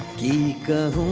the girl